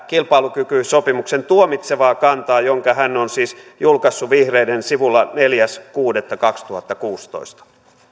kilpailukykysopimuksen tuomitsevaa kantaa jonka hän on siis julkaissut vihreiden sivuilla neljäs kuudetta kaksituhattakuusitoista